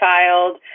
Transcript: child